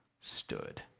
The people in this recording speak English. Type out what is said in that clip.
stood